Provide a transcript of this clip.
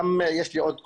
יש לי עוד כובע,